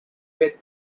with